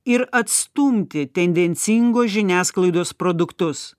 ir atstumti tendencingos žiniasklaidos produktus